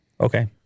okay